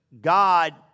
God